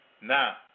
Now